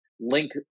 link